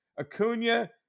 Acuna